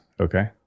Okay